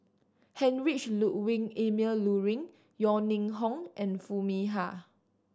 Heinrich Ludwig Emil Luering Yeo Ning Hong and Foo Mee Har